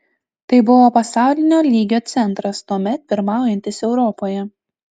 tai buvo pasaulinio lygio centras tuomet pirmaujantis europoje